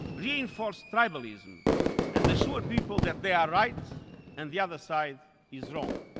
reinforce tribalism and assure people that they are right and the other side is wrong.